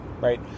right